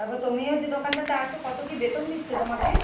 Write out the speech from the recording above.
তারপর তুমিও যে দোকানটাতে আছ কত কী বেতন দিচ্ছে তোমাকে